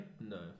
No